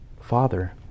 father